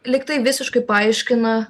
lyg tai visiškai paaiškina